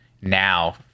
now